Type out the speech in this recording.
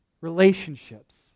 relationships